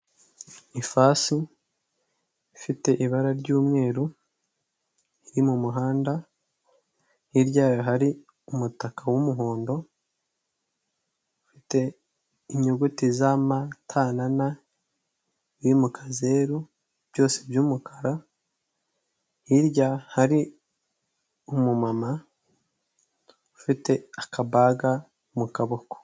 Ifasi ifite ibara ry'umweru iri mu muhanda hirya yayo hari umutaka w'umuhondo ufite inyuguti za ma ta na na biri mukazeru byose by'umukara hirya hari umumama ufite akabaga mu kaboko.